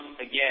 again